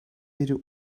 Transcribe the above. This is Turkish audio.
biri